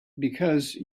because